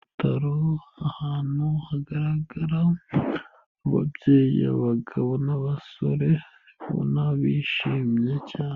Ku matara ahantu hagaragara babyeyi, abagabo n'abasore ubona bishimye cyane.